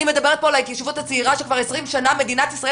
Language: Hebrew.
אני מדברת פה על ההתיישבות הצעירה שכבר עשרים שנה מדינת ישראל